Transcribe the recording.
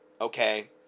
Okay